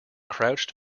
crouched